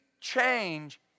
change